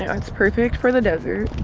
and that's perfect for the desert.